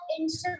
Instagram